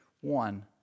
One